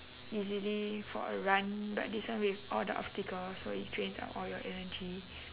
easily for a run but this one with all the obstacle so it drains out all your energy